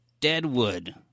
Deadwood